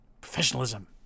Professionalism